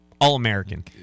All-American